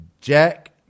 Jack